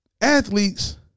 Athletes